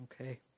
Okay